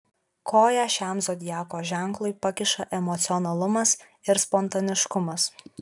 koją šiam zodiako ženklui pakiša emocionalumas ir spontaniškumas